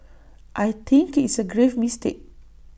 I think it's A grave mistake